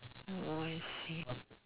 oh I see